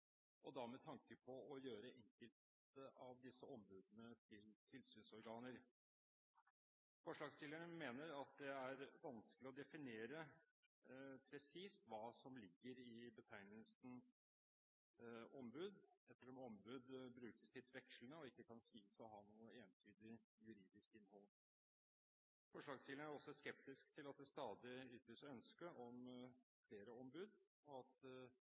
og da med tanke på å gjøre enkelte av disse ombudene til tilsynsorganer. Forslagsstillerne mener at det er vanskelig å definere presist hva som ligger i betegnelsen «ombud», ettersom «ombud» brukes litt vekslende og ikke kan sies å ha noe entydig juridisk innhold. Forslagsstillerne er også skeptiske til at det stadig ytres ønske om flere ombud, og at